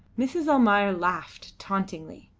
mrs. almayer laughed tauntingly.